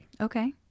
Okay